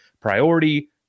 Priority